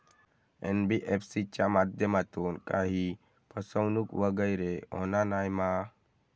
NBFC च्या माध्यमातून काही फसवणूक वगैरे होना नाय मा?